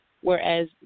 whereas